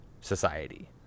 society